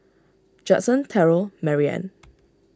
Judson Terrell Marianne